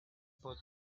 pat